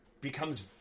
becomes